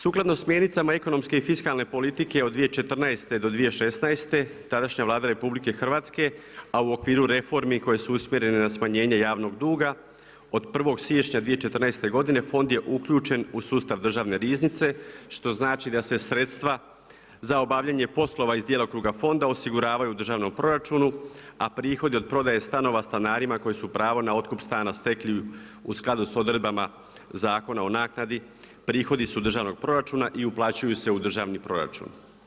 Sukladno smjernica ekonomskih i fiskalne politike od 2014. do 2016. tadašnja Vlada RH, a u okviru reformi koje su usmjerene na smanjenje javnog duga, od 1. siječnja 2014. godine, fond je uključen u sustav državne riznice, što znači da se sredstva za obavljanje poslova iz djelokruga fonda osiguravaju u državnom proračunu, a prihodi od prodaje stanova stanarima koji su pravo na otkup stana stekli u skladu sa odredbama Zakona o naknadi, prihodi su državnog proračuna i uplaćuju se u državni proračun.